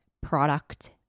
product